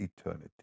eternity